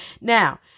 Now